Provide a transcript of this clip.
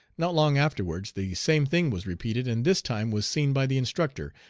not long afterwards the same thing was repeated, and this time was seen by the instructor,